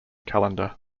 calendar